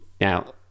now